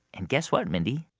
and guess what, mindy?